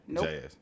jazz